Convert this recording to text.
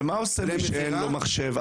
ומה עושה מי שאין לו מחשב?